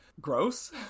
gross